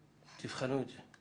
תבחנו את זה.